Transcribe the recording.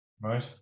Right